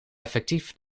effectief